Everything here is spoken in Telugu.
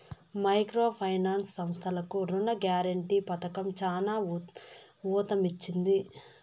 మైక్రో ఫైనాన్స్ సంస్థలకు రుణ గ్యారంటీ పథకం చానా ఊతమిచ్చింది